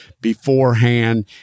beforehand